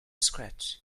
scratch